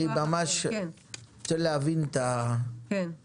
אני רוצה להבין את הזיקה.